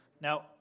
Now